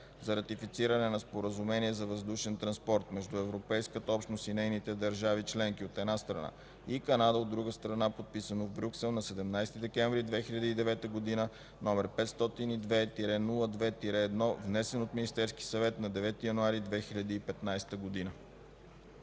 за ратифициране на Споразумение за въздушен транспорт между Европейската общност и нейните държави членки, от една страна, и Канада, от друга страна, подписано в Брюксел на 17 декември 2009 г., № 502-02-1, внесен от Министерския съвет на 9 януари 2015 г.”